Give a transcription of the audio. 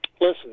Listen